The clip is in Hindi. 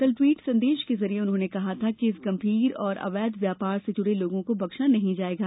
कल ट्वीट संदेश के जरिए उन्होंने कहा था कि इस गंभीर और अवैध व्यापार से जुड़े लोगों को बक्शा नहीं जायेगा